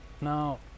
now